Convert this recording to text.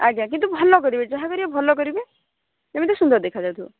ଆଜ୍ଞା କିନ୍ତୁ ଭଲ କରିବେ ଯାହା କରିବେ ଭଲ କରିବେ ଯେମିତି ସୁନ୍ଦର ଦେଖାଯାଉଥିବ